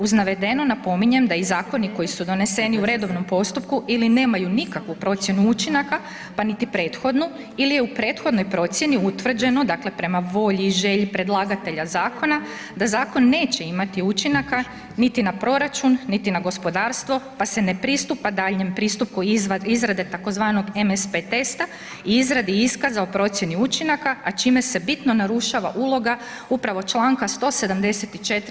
Uz navedeno napominjem da i zakoni koji su doneseni u redovnom postupku ili nemaju nikakvu procjenu učinaka, pa niti prethodnu, ili je u prethodnoj procjeni utvrđeno, dakle prema volji i želi predlagatelja zakona, da zakon neće imati učinaka niti na proračun niti na gospodarstvo pa se ne pristupa daljnjem pristupu izrade tzv. MSP testa i izradi iskaza o procjeni učinaka, a čime se bitno narušava uloga upravo čl. 174.